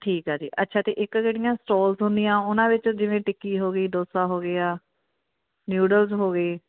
ਠੀਕ ਹੈ ਜੀ ਅੱਛਾ ਅਤੇ ਇੱਕ ਜਿਹੜੀਆਂ ਸਟੋਲਸ ਹੁੰਦੀਆਂ ਉਹਨਾਂ ਵਿੱਚ ਜਿਵੇਂ ਟਿੱਕੀ ਹੋ ਗਈ ਡੋਸਾ ਹੋ ਗਿਆ ਨਿਊਡਲਸ ਹੋ ਗਏ